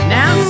Now